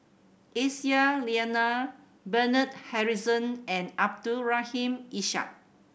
Aisyah Lyana Bernard Harrison and Abdul Rahim Ishak